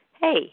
hey